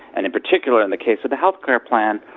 and in particular in the case of the healthcare plan,